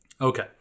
Okay